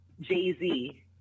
Jay-Z